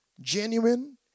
genuine